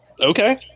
Okay